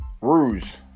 ruse